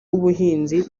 w’ubuhinzi